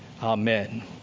Amen